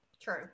True